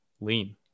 lean